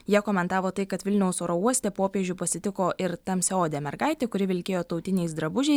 jie komentavo tai kad vilniaus oro uoste popiežių pasitiko ir tamsiaodė mergaitė kuri vilkėjo tautiniais drabužiais